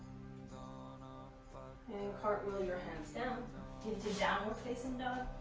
so and and cartwheel your hands down into downward-facing